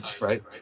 right